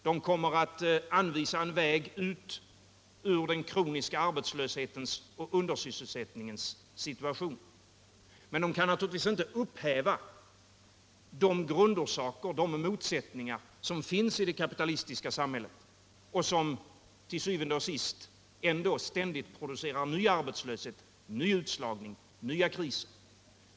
De kommer att anvisa en väg ut ur den kroniska arbetslöshetens och undersysselsättningens situation. Men de kan naturligtvis inte upphäva grundorsakerna till det kapitalistiska samhället och de motsättningar som finns inom detta, vilket til syvende og sidst ständigt producerar ny arbetslöshet, ny utslagning och nya kriser.